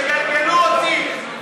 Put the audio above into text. יגלגלו אותי.